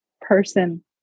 person